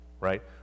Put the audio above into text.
right